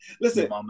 listen